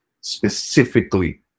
specifically